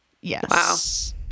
Yes